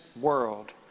world